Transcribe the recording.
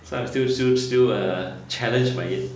so I'm still still still uh challenged by it